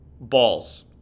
balls